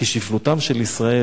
כי שפלותם של ישראל,